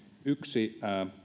yksi